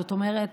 זאת אומרת,